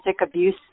abuse